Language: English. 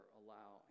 allow